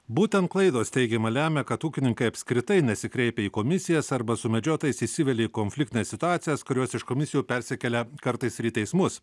būtent klaidos teigiama lemia kad ūkininkai apskritai nesikreipia į komisijas arba su medžiotojais įsivelia į konfliktines situacijas kurios iš komisijų persikelia kartais ir į teismus